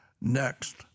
Next